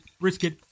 brisket